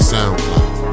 SoundCloud